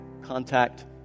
contact